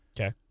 Okay